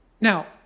Now